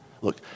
Look